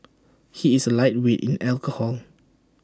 he is A lightweight in alcohol